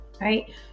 right